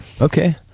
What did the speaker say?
Okay